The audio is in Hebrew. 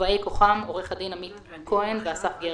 ובאי כוחם, עורך הדין עמית כהן ואסף גרשגורן.